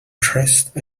dressed